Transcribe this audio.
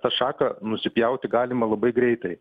tą šaką nusipjauti galima labai greitai